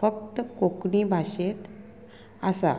फक्त कोंकणी भाशेत आसा